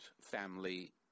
family